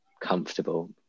comfortable